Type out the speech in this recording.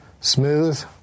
Smooth